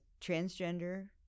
transgender